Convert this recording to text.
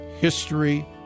History